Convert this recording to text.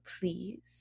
please